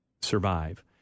survive